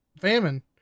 Famine